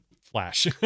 flash